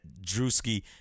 Drewski